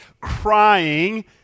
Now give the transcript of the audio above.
crying